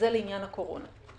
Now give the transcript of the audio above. זה לעניין הקורונה.